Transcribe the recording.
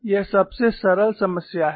यह सबसे सरल समस्या है